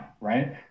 right